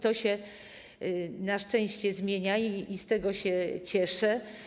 To się na szczęście zmienia, z czego się cieszę.